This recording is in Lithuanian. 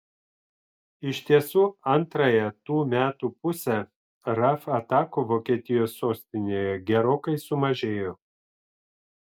iš tiesų antrąją tų metų pusę raf atakų vokietijos sostinėje gerokai sumažėjo